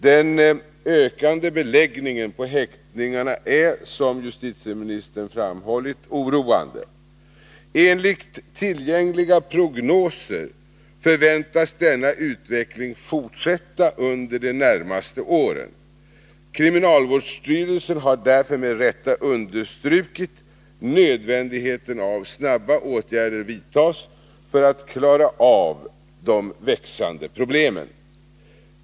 Den ökande beläggningen på häktena är, som justitieministern framhållit, oroande. Enligt tillgängliga prognoser förväntas denna utveckling fortsätta under de närmaste åren. Kriminalvårdsstyrelsen har därför med rätta understrukit nödvändigheten av att snabba åtgärder vidtas för att de växande problemen skall kunna klaras.